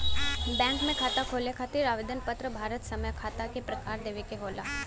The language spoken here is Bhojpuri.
बैंक में खाता खोले खातिर आवेदन पत्र भरत समय खाता क प्रकार देवे के होला